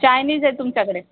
Chinese आहे तुमच्याकडे